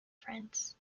friends